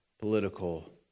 political